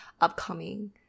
upcoming